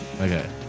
Okay